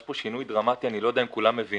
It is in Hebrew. יש פה שינוי דרמטי אני לא יודע אם כולם מבינים